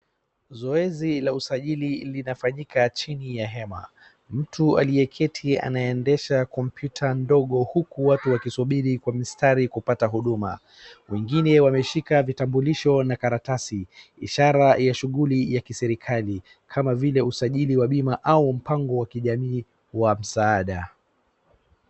Zoezi la usajili linafanyika chini ya hema. Mtu aliyeketi anaendesha kompyuta ndogo huku watu wakisubiri kwa mistari kupata huduma. Wengine wameshika vitambulisho na karatasi ishara ya shughuli ya kiserikali kama vile usajili wa bima au mpango wa kijamiii wa msaada.